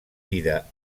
vida